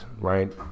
right